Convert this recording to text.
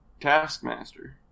Taskmaster